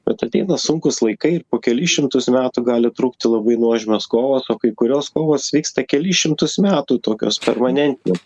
bet ateina sunkūs laikai ir po kelis šimtus metų gali trukti labai nuožmios kovos o kai kurios kovos vyksta kelis šimtus metų tokios permanentinės